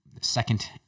second